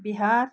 Bihar